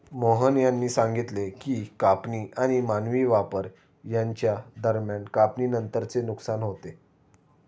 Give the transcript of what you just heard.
मोहन यांनी सांगितले की कापणी आणि मानवी वापर यांच्या दरम्यान कापणीनंतरचे नुकसान होते